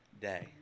day